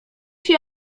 się